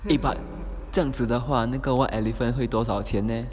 eh but 这样子的话那个 white elephant 会多少钱 leh